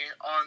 on